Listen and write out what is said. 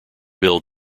build